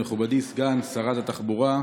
מכובדי סגן שרת התחבורה,